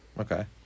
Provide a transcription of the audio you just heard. Okay